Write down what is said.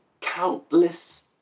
countless